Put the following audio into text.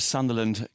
Sunderland